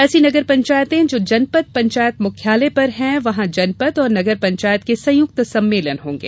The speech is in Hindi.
ऐसी नगर पंचायतें जो जनपद पंचायत मुख्यालय पर हैं वहाँ जनपद और नगर पंचायत के संयुक्त सम्मेलन होंगे